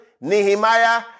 Nehemiah